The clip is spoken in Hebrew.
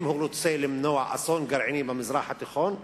אם הוא רוצה למנוע אסון גרעיני במזרח התיכון,